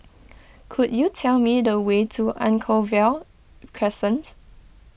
could you tell me the way to Anchorvale Crescent